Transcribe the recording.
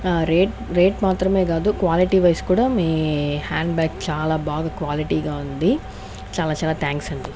rate rate మాత్రమే కాదు quality wise కూడా మీ హ్యాండ్ బ్యాగ్ చాలా బాగా క్వాలిటీ గా ఉంది చాలా చాలా థ్యాంక్స్ అండి